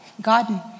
God